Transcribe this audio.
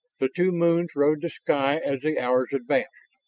the two moons rode the sky as the hours advanced,